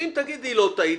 ואם תגידי לא טעיתי